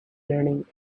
learning